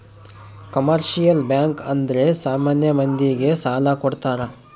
commercial bank ಅಂದ್ರೆ ಸಾಮಾನ್ಯ ಮಂದಿ ಗೆ ಸಾಲ ಕೊಡ್ತಾರ